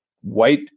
white